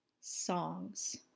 Songs